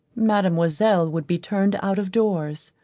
mademoiselle would be turned out of doors.